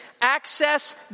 Access